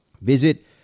Visit